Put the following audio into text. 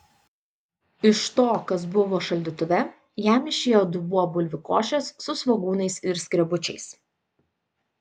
iš to kas buvo šaldytuve jam išėjo dubuo bulvių košės su svogūnais ir skrebučiais